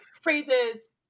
phrases